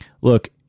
look